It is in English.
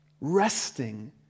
resting